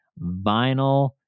vinyl